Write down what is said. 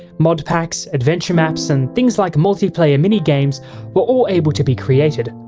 modpacks, adventure maps, and things like muliplayer minigames were all able to be created.